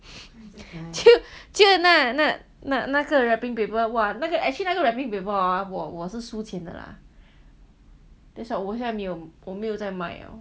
记得那那那那个 wrapping paper !wah! actually 那个 wrapping paper hor 我我是输钱的 lah that's why 我现在没有我没有再卖了